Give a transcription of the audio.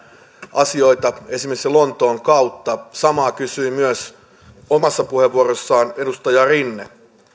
asioita esimerkiksi lontoon kautta samaa kysyi myös omassa puheenvuorossaan edustaja rinne